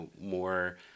more